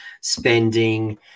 spending